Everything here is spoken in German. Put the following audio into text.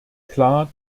klar